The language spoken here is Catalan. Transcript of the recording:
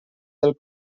del